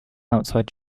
outside